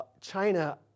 China